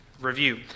review